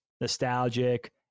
nostalgic